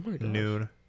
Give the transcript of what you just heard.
noon